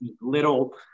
little